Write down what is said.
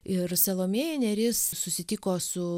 ir salomėja nėris susitiko su